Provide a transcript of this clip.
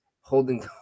holding